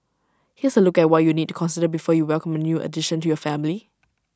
here's A look at what you need to consider before you welcome A new addition to your family